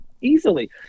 easily